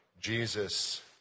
Jesus